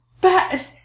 bad